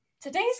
Today's